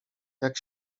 jak